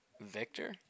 victor